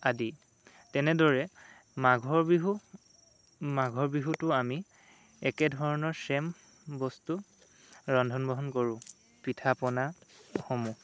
আদি তেনেদৰে মাঘৰ বিহু মাঘৰ বিহুতো আমি একেধৰণৰ চেম বস্তু ৰন্ধন বহন কৰোঁ পিঠা পনাসমূহ